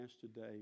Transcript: today